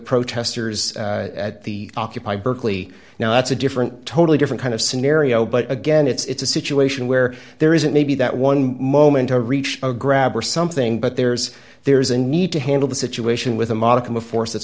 protesters at the occupy berkeley now it's a different totally different kind of scenario but again it's a situation where there isn't maybe that one moment to reach a grab or something but there's there's a need to handle the situation with a modicum of force